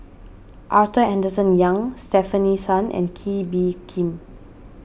Arthur Henderson Young Stefanie Sun and Kee Bee Khim